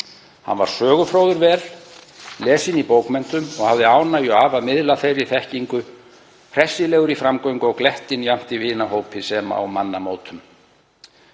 Hann var sögufróður og vel lesinn í bókmenntum og hafði ánægju af að miðla þeirri þekkingu, hressilegur í framgöngu og glettinn jafnt í vinahópi sem á mannamótum.